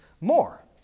more